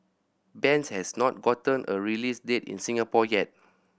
bends has not gotten a release date in Singapore yet